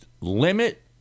limit